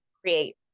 create